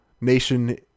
nation